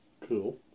Cool